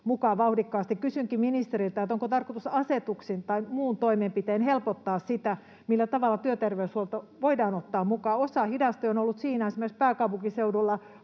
Kysynkin ministeriltä, onko tarkoitus asetuksin tai muin toimenpitein helpottaa sitä, millä tavalla työterveyshuolto voidaan ottaa mukaan. Osahidaste on ollut siinä. Esimerkiksi pääkaupunkiseudulla